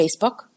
Facebook